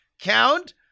count